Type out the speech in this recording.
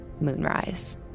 Moonrise